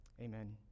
Amen